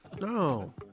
No